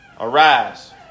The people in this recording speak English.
Arise